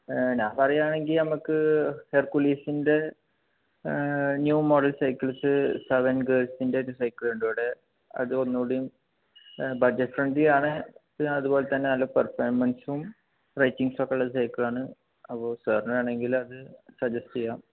ഞാൻ പറയുകയാണെങ്കിൽ നമുക്ക് ഹെർക്കുലീസിൻ്റെ ന്യൂ മോഡൽ സൈക്കിൾസ് സെവൻ ഗേർസിൻ്റെ ഒരു സൈക്കിൾ ഉണ്ട് ഇവിടെ അത് ഒന്നുകൂടിയും ബഡ്ജറ്റ് ഫ്രണ്ട്ലി ആണ് അതുപോലെത്തന്നെ നല്ല പെർഫോമൻസും റേറ്റിംഗ്സ് ഒക്കെ ഉള്ള സൈക്കിളാണ് അപ്പോൾ സാറിന് വേണമെങ്കിൽ അത് സജസ്റ്റ് ചെയ്യാം